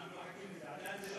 אנחנו מחכים לזה.